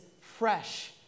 fresh